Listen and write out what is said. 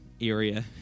area